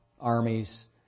armies